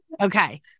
Okay